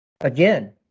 again